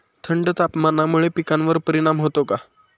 थंड तापमानामुळे पिकांवर परिणाम होतो का?